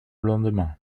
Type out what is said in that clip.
lendemain